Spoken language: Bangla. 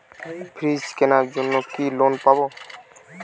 ফ্রিজ কেনার জন্য কি লোন পাব?